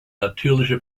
natürliche